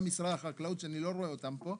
גם משרד החקלאות, שאני לא רואה אותם פה,